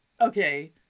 okay